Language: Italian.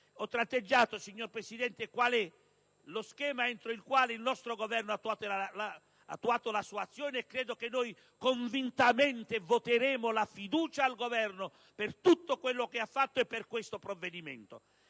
Ho tratteggiato, signor Presidente, qual è lo schema entro il quale il nostro Governo ha attuato la sua azione e credo che noi convintamente voteremo la fiducia al Governo per tutto quello che ha fatto e per questo provvedimento.